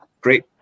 great